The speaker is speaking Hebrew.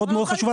חוץ מאשר אצלנו,